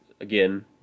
again